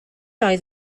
oedd